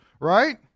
right